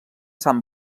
sant